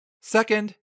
Second